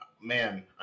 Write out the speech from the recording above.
Man